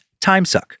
timesuck